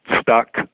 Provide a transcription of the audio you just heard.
stuck